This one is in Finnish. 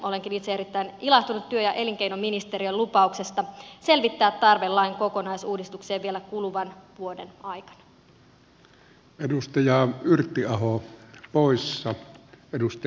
olenkin itse erittäin ilahtunut työ ja elinkeinoministeriön lupauksesta selvittää tarve lain kokonaisuudistukseen vielä kuluvan vuoden aikana